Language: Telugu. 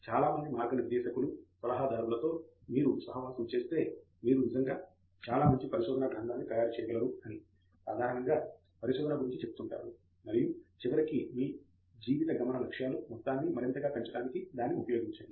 చాలా మంది మర్గానిర్దేశాకులు మరియు సలహాదారులతో మీరు సహవాసము చేస్తే మీరు నిజంగా చాలా మంచి పరిశోధనా గ్రంధాన్ని తయారు చేయగలరు అని సాధారణంగా పరిశోధన గురించి చెప్తుంటారు మరియు చివరికి మీ జీవిత గమన లక్ష్యాలు మొత్తాన్ని మరింతగా పెంచడానికి దాన్ని ఉపయోగించండి